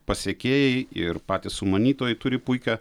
pasiekėjai ir patys sumanytojai turi puikią